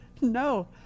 No